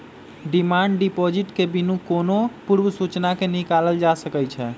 demand deposit के बिनु कोनो पूर्व सूचना के निकालल जा सकइ छै